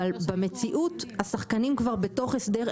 אבל במציאות השחקנים כבר בתוך הסדר,